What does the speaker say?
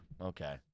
Okay